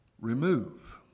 Remove